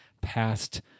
past